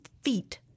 feet